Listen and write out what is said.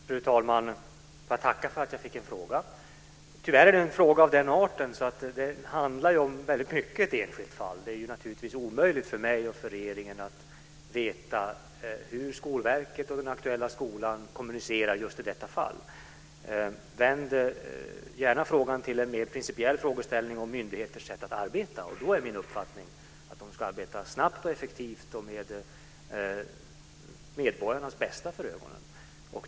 Fru talman! Jag tackar för att jag fick en fråga. Tyvärr är det en fråga av den art som väldigt mycket handlar om ett enskilt fall. Det är naturligtvis omöjligt för mig och regeringen att veta hur Skolverket och den aktuella skolan kommunicerar i just detta fall. Vänd gärna frågan till en mer principiell frågeställning om myndigheters sätt att arbeta! Då är min uppfattning att de ska arbeta snabbt och effektivt samt med medborgarnas bästa för ögonen.